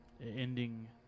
Ending